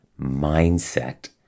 mindset